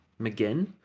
McGinn